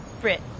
Brit